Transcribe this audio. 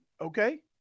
Okay